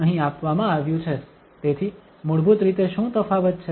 તેથી મૂળભૂત રીતે શું તફાવત છે